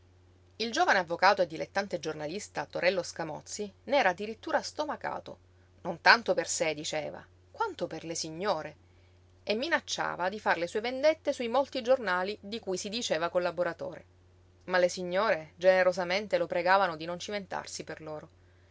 il giovane avvocato e dilettante giornalista torello scamozzi n'era addirittura stomacato non tanto per sé diceva quanto per le signore e minacciava di far le sue vendette su i molti giornali di cui si diceva collaboratore ma le signore generosamente lo pregavano di non cimentarsi per loro